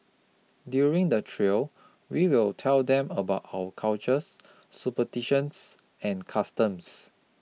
during the trail we will tell them about our cultures superstitions and customs